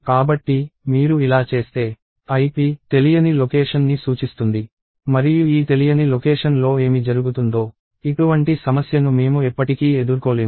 కాబట్టి మీరు ఇలా చేస్తే ip తెలియని లొకేషన్ని సూచిస్తుంది మరియు ఈ తెలియని లొకేషన్లో ఏమి జరుగుతుందో ఇటువంటి సమస్యను మేము ఎప్పటికీ ఎదుర్కోలేము